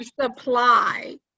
supply